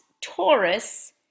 Taurus